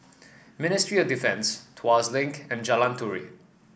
Ministry of Defence Tuas Link and Jalan Turi